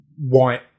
white